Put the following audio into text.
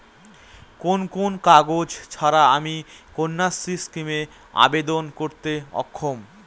কোন কোন কাগজ ছাড়া আমি কন্যাশ্রী স্কিমে আবেদন করতে অক্ষম?